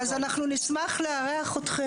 נשמח לארח אתכם